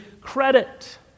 credit